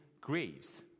graves